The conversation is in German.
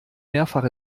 mehrfach